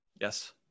Yes